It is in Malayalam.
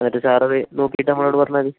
എന്നിട്ട് സാറത് നോക്കിയിട്ട് നമ്മളോട് പറഞ്ഞാൽ മതി